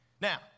Now